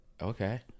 okay